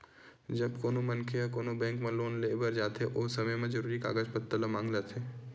जब कोनो मनखे ह कोनो बेंक म लोन लेय बर जाथे ओ समे म जरुरी कागज पत्तर ल मांगे जाथे